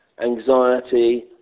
anxiety